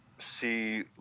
see